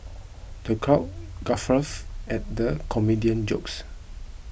the crowd at the comedian's jokes